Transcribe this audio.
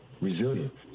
resilient